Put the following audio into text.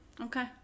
Okay